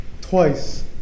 twice